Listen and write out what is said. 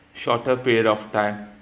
shorter period of time